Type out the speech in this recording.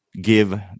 give